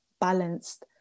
balanced